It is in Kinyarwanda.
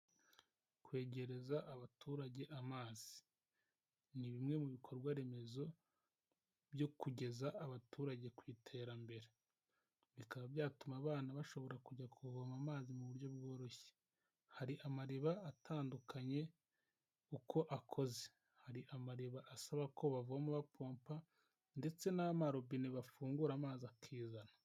kwegereza abaturage amazi ni bimwe mu bikorwa remezo byo kugeza abaturage ku iterambere, bikaba byatuma abana bashobora kujya kuvoma amazi mu buryo bworoshye. Hari amariba atandukanye uko akoze, hari amariba asaba ko bavoma bapompa ndetse n'amarobine bafungura amazi akizana.